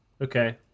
okay